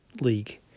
League